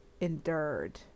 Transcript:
endured